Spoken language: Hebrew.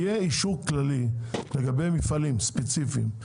יהיה אישור כללי לגבי מפעלים ספציפיים,